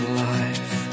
life